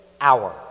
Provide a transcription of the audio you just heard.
hour